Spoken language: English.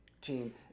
team